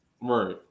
Right